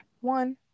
One